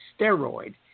Steroid